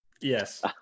yes